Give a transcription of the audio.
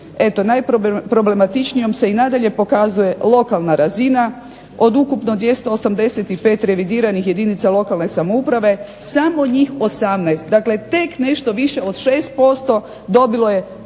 Eto najproblematičnijom se i dalje pokazuje lokalna razina, od ukupno 285 revidiranih jedinica lokalne samouprave, samo njih 18 dakle nešto više od 6% dobilo je